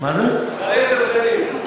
אחרי עשר שנים.